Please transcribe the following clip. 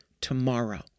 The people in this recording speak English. tomorrow